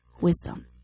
wisdom